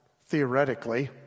theoretically